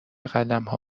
قلمها